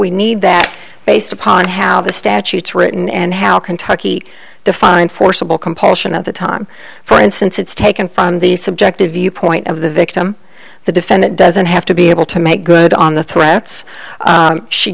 we need that based upon how the statutes written and how kentucky define forcible compulsion at the time for instance it's taken from the subjective viewpoint of the victim the defendant doesn't have to be able to make good on the threats